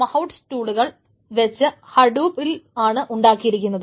അത് മഹൌട് ടൂളുകൾ വെച്ച് ഹഡൂപിൽ ആണ് ഉണ്ടാക്കിയിരിക്കുന്നത്